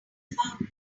about